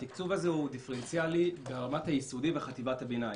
התקצוב הזה הוא דיפרנציאלי ברמת היסודי וחטיבת הביניים,